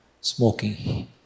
smoking